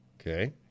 Okay